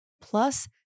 Plus